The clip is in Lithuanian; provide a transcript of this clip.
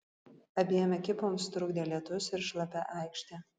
abiem ekipoms trukdė lietus ir šlapia aikštė